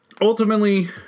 ultimately